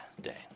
day